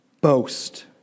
boast